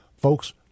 Folks